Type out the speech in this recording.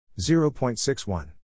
0.61